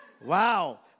Wow